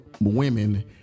women